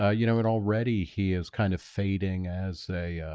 ah you know and already he is kind of fading as a ah,